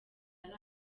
ari